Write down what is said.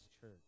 church